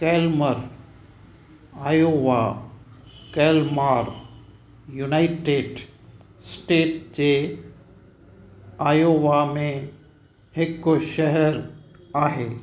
Calmar Iowa Calmar United State जे Iowa में हिकु शहर आहे